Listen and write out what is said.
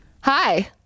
Hi